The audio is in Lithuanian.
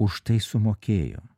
už tai sumokėjo